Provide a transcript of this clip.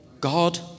God